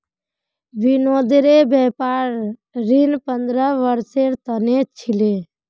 विनोदेर व्यापार ऋण पंद्रह वर्षेर त न छिले